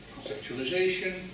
conceptualization